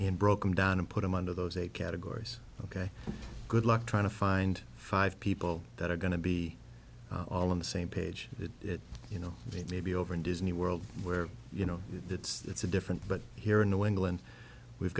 had broken down and put him under those eight categories ok good luck trying to find five people that are going to be all on the same page that you know maybe over in disney world where you know it's a different but here in new england we've